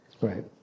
Right